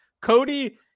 Cody